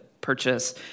purchase